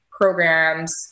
programs